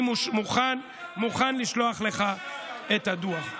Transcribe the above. אני מוכן לשלוח לך את הדוח.